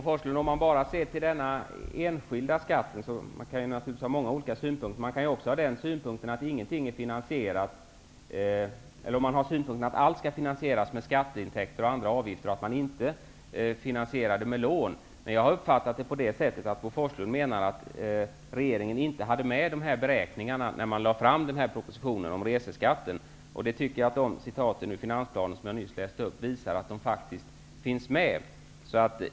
Herr talman! Man kan naturligtvis ha många olika synpunkter, Bo Forslund. Man kan naturligtvis ha synpunkten att allt skall finansieras med skatteintäkter och andra avgifter och att man inte kan finansiera någonting med lån. Jag uppfattade det så att Bo Forslund menade att regeringen inte hade med de här beräkningarna när man lade fram propositionen om reseskatten, och jag tycker att de avsnitt av finansplanen som jag nyss läste upp visar att det inte är riktigt; de finns faktiskt med.